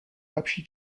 lepší